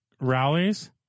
rallies